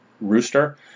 rooster